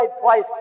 twice